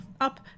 up